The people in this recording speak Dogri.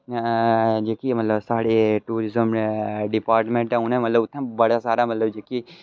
जेह्के मतलव साढ़े टूरिस्म न डिपार्टमैंट न उनें मतलव बड़ा सारा मतलव जेह्की